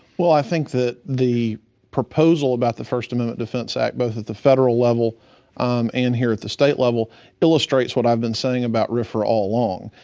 well, i think that the proposal about the first amendment defense act both at the federal level and here at the state level illustrates what i've been saying about rfra al along.